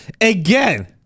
again